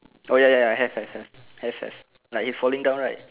oh ya ya ya have have have have have like it's falling down right